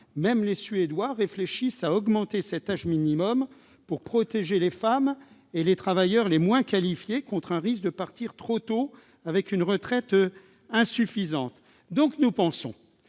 Même les Suédois réfléchissent à relever cet âge minimum, pour protéger les femmes et les travailleurs les moins qualifiés contre le risque de partir trop tôt, avec une retraite insuffisante. À nos yeux,